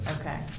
Okay